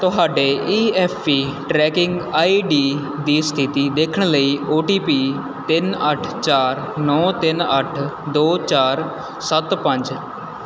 ਤੁਹਾਡੇ E F E tracking I D ਦੀ ਸਥਿਤੀ ਦੇਖਣ ਲਈ ਓ ਟੀ ਪੀ ਤਿੰਨ ਅੱਠ ਚਾਰ ਨੌਂ ਤਿੰਨ ਅੱਠ ਦੋ ਚਾਰ ਸੱਤ ਪੰਜ